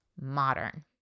modern